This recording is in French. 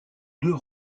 deux